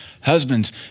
Husbands